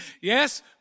yes